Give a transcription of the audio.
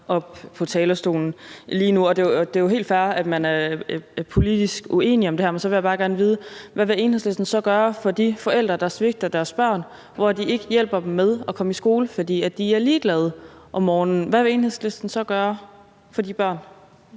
for på talerstolen lige nu. Det er jo helt fair, at man er politisk uenige om det her, men så vil jeg bare gerne vide, hvad Enhedslisten så vil gøre for de forældre, der svigter deres børn ved ikke at hjælpe dem til at komme i skole, fordi de er ligeglade om morgenen. Hvad vil Enhedslisten så gøre for de børn?